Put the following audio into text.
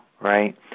right